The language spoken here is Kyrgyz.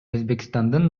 өзбекстандын